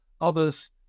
Others